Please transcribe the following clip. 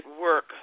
work